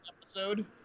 episode